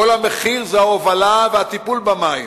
כל המחיר זה ההובלה והטיפול במים.